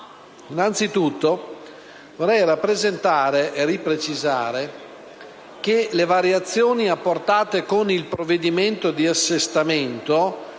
innanzitutto vorrei rappresentare e precisare nuovamente che le variazioni apportate con il provvedimento di assestamento,